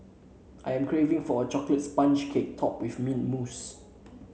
I am craving for a chocolate sponge cake topped with mint mousse